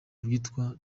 witwa